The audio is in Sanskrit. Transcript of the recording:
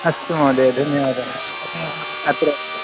अस्तु महोदय धन्यवादः अत्र